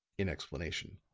in explanation.